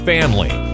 Family